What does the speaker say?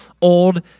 old